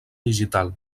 digital